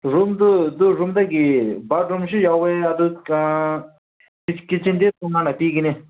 ꯔꯨꯝꯗꯨ ꯑꯗꯨ ꯔꯨꯝꯗꯒꯤ ꯕꯥꯠꯔꯨꯝꯁꯨ ꯌꯥꯎꯋꯦ ꯑꯗꯨ ꯀꯤꯆꯟꯁꯦ ꯇꯣꯡꯉꯥꯟꯅ ꯄꯤꯒꯅꯤ